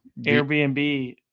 Airbnb